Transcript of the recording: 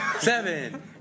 Seven